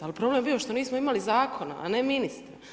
Ali problem je bio što nismo imali zakona a ne ministara.